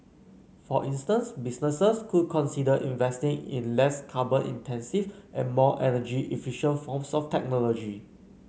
for instance businesses could consider investing in less carbon intensive and more energy efficient forms of technology